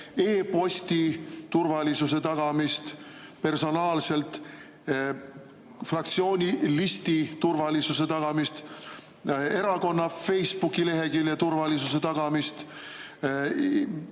e‑posti turvalisuse tagamist personaalselt, fraktsioonilisti turvalisuse tagamist, erakonna Facebooki‑lehekülje turvalisuse tagamist